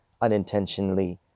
unintentionally